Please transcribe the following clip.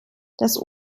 das